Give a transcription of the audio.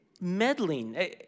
Meddling